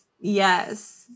yes